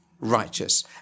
righteous